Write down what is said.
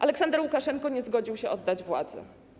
Aleksander Łukaszenka nie zgodził się oddać władzy.